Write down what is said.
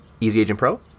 EasyAgentPro